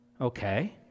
Okay